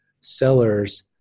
sellers